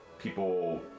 people